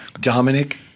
Dominic